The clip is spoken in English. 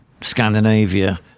Scandinavia